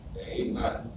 Amen